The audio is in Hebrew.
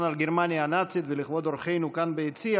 על גרמניה הנאצית ולכבוד אורחינו כאן ביציע,